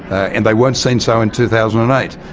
and they weren't seen so in two thousand and eight.